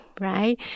right